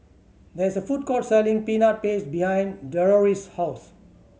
there is a food court selling Peanut Paste behind Deloris' house